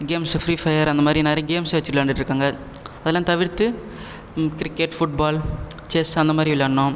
games free fire அந்த மாதிரி நிறைய கேம்ஸ் வச்சு விளையாண்டுட்ருக்காங்க அதுலாம் தவிர்த்து கிரிக்கெட் ஃபுட் பால் செஸ் அந்த மாதிரி விளையாடணும்